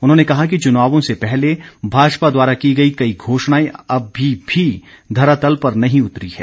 उन्होंने कहा कि चुनावों से पहले भाजपा द्वारा की गई कई घोषणाएं अभी भी धरातल पर नहीं उतरी हैं